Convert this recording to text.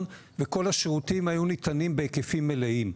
וכל השירותים היו ניתני בהיקפים מלאים.